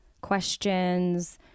Questions